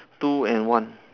two and one